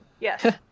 Yes